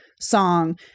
song